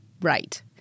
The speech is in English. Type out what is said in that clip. right